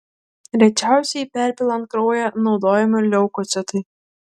rečiausiai perpilant kraują naudojami leukocitai